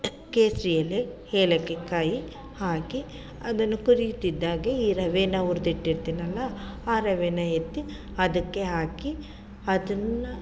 ಕೇಸರಿ ಎಲೆ ಏಲಕ್ಕಿಕಾಯಿ ಹಾಕಿ ಅದನ್ನು ಕುದಿತಿದ್ದಾಗೆ ಈ ರವೇನ ಹುರ್ದಿಟ್ಟಿರ್ತೀನಲ್ಲ ಆ ರವೇನ ಎತ್ತಿ ಅದಕ್ಕೆ ಹಾಕಿ ಅದನ್ನು